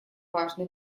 важный